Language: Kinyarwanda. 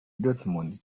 dortmund